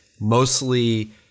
mostly